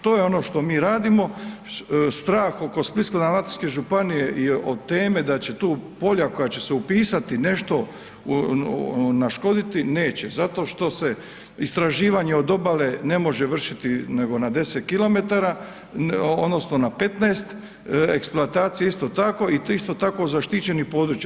To je ono što mi radimo, strah oko Splitsko-dalmatinske županije je od teme da će tu polja koja će se upisati nešto naškoditi, neće, zato što se istraživanje od obale ne može vršiti nego na 10 km odnosno na 15, eksploatacija isto tako i isto tako zaštićenih područja.